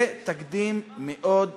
זה תקדים מאוד מסוכן.